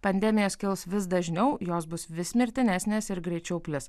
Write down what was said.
pandemijos kils vis dažniau jos bus vis mirtinesnės ir greičiau plis